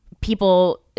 People